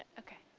okay.